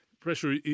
pressure